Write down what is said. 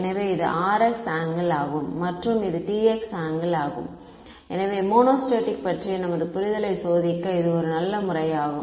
எனவே இது Rx angle ஆகும் மற்றும் இது Tx ஆங்கிள் ஆகும் எனவே மோனோஸ்டேடிக் பற்றிய நமது புரிதலை சோதிக்க இது ஒரு நல்ல முறை ஆகும்